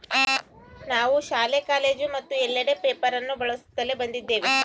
ನಾವು ಶಾಲೆ, ಕಾಲೇಜು ಮತ್ತು ಎಲ್ಲೆಡೆ ಪೇಪರ್ ಅನ್ನು ಬಳಸುತ್ತಲೇ ಬಂದಿದ್ದೇವೆ